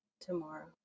Tomorrow